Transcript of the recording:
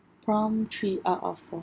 from three out of four